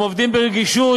הם עובדים ברגישות,